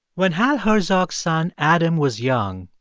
when hal herzog's son, adam, was young,